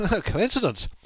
Coincidence